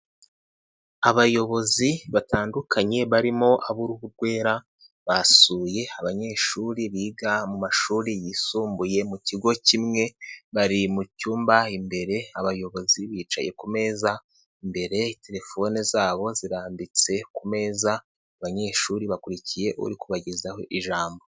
Abayobozi batandukanye barimo ab'uruhu rwera basuye abanyeshuri biga mu mashuri yisumbuye mu kigo kimwe, bari mu cyumba imbere, abayobozi bicaye ku meza imbere, telefone zabo zirambitse ku meza, abanyeshuri bakurikiye uri kubagezaho ijambo.